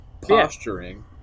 posturing